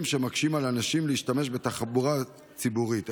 שמקשים על אנשים להשתמש בתחבורה ציבורית.